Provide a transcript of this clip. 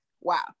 wow